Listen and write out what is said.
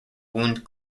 wound